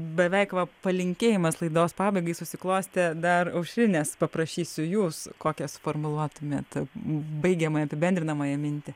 beveik va palinkėjimas laidos pabaigai susiklostė dar aušrinės paprašysiu jūs kokią formuluotumėt baigiamąją apibendrinamąją mintį